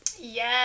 Yes